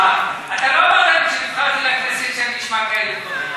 אמרת לי כשנבחרתי לכנסת שאני אשמע כאלה דברים.